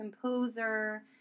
composer